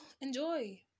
enjoy